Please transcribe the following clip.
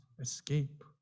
escape